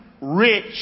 rich